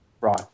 Right